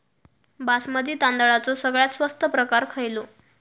बासमती तांदळाचो सगळ्यात स्वस्त प्रकार खयलो?